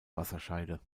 wasserscheide